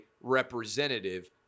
representative